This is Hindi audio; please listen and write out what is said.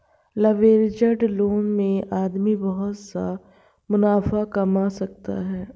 लवरेज्ड लोन में आदमी बहुत सा मुनाफा कमा सकता है